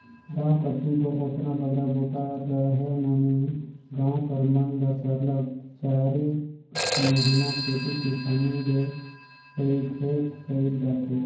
गाँव कती दो ओतना बगरा बूता रहें नई गाँव कर मन ल सरलग चारिक महिना खेती किसानी ले पइठेक पइर जाथे